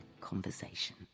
conversation